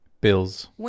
Bills